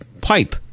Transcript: pipe